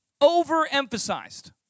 overemphasized